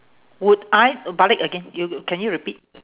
would I uh balik again you you can you repeat